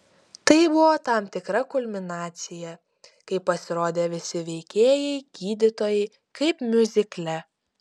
tai buvo tam tikra kulminacija kai pasirodė visi veikėjai gydytojai kaip miuzikle